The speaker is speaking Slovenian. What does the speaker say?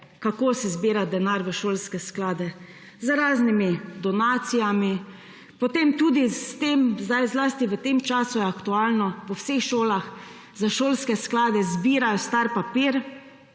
kako se zbira denar v šolske sklade, z raznimi donacijami, potem je tudi v tem času zlasti aktualno, da po vseh šolah za šolske sklade zbirajo star papir.